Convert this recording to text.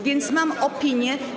więc mam opinię.